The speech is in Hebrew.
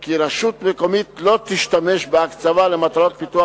כי רשות מקומית לא תשתמש בהקצבה למטרות פיתוח